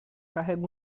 carrega